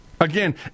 Again